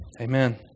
Amen